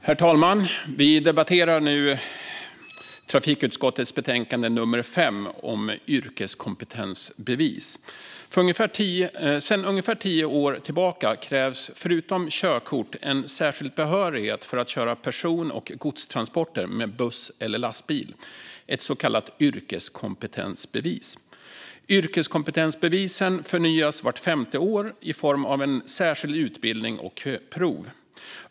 Herr talman! Vi debatterar nu trafikutskottets betänkande 5 om yrkeskompetensbevis. Sedan ungefär tio år tillbaka krävs förutom körkort en särskild behörighet för att köra person och godstransporter med buss eller lastbil, ett så kallat yrkeskompetensbevis. Yrkeskompetensbevisen förnyas vart femte år i form av en särskild utbildning och prov.